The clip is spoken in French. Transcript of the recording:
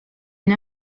une